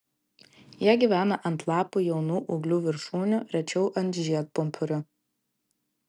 jie gyvena ant lapų jaunų ūglių viršūnių rečiau ant žiedpumpurių